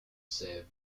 save